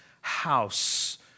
house